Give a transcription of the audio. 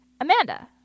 Amanda